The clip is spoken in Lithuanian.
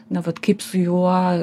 na vat kaip su juo